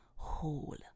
Whole